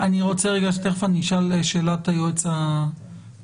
תיכף אני אשאל שאלה את היועץ המשפטי,